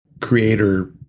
creator